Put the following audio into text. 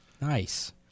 Nice